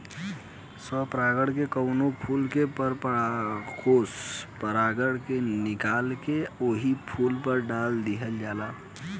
स्व परागण में कवनो फूल के परागकोष परागण से निकाल के ओही फूल पर डाल दिहल जाला